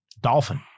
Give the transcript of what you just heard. Dolphin